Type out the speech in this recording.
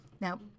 Now